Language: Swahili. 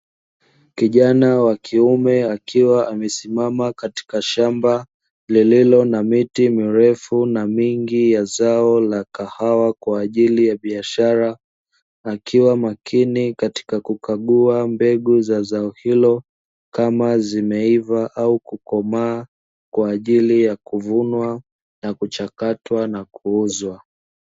Kijana wa kiume akiwa amesimama katika shamba lililo na miti mirefu na mingi ya zao la kahawa kwa ajili ya biashara, akiwa makini katika kukagua mbegu za zao hilo kama zimeiva au kukomaa, kwa ajili ya kuvunwa na kuchakatwa na kuuzwa.